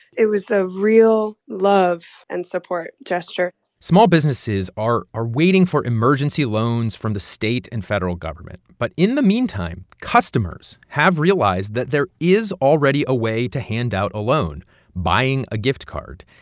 it was a real love and support gesture small businesses are are waiting for emergency loans from the state and federal government. but in the meantime, customers have realized that there is already a way to hand out a loan buying a gift card.